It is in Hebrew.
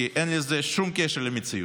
כי אין לזה שום קשר למציאות,